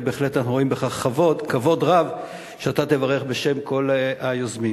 ובהחלט אנחנו רואים כבוד רב בכך שאתה תברך בשם כל היוזמים.